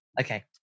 Okay